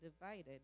divided